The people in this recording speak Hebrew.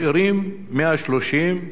משאירים 130,